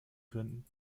könnten